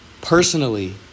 personally